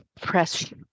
press